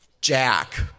Jack